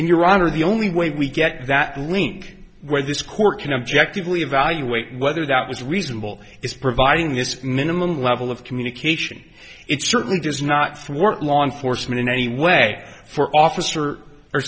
in your honor the only way we get that link where this court can objectively evaluate whether that was reasonable is providing this minimum level of communication it certainly does not for law enforcement in any way for officer or